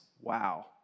Wow